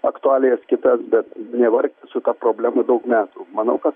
aktualijas kitas bet nevargt su ta problema daug metų manau kad